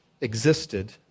existed